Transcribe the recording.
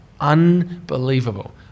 unbelievable